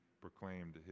proclaimed